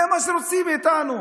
זה מה שרוצים מאיתנו.